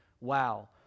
Wow